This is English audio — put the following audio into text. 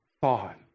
thought